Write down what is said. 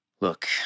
Look